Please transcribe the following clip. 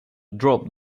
drop